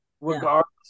regardless